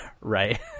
Right